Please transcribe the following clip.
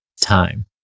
time